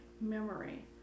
memory